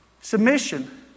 submission